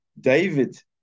David